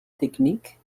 technique